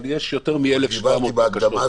אבל יש יותר מ-1,700 בקשות